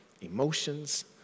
emotions